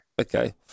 Okay